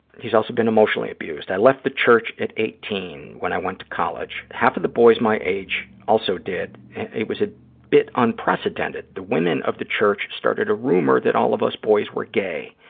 he's also been emotionally abused. i left the church at eighteen when i went to college. half of the boys my age also did, and it was a bit unprecedented. the women of the church started a rumor that all of us boys were gay.